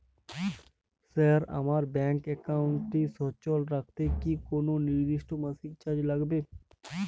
Sir আমার bank একাউন্টটি সচল রাখতে কি কোনো নির্দিষ্ট মাসিক চার্জ লাগবে?